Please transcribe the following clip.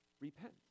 repent